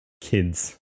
kids